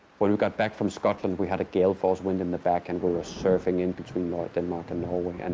when we got back from scotland, we had a gale force wind in the back and we were surfing in between north denmark and norway, and